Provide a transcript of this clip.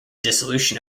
dissolution